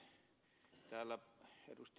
täällä ed